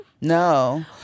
no